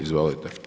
Izvolite.